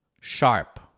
sharp